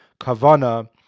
Kavana